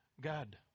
God